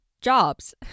jobs